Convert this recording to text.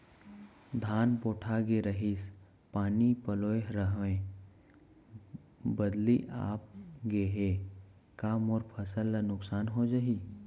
धान पोठागे रहीस, पानी पलोय रहेंव, बदली आप गे हे, का मोर फसल ल नुकसान हो जाही?